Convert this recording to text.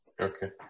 Okay